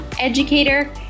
educator